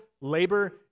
labor